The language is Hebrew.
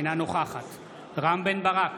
אינה נוכחת רם בן ברק,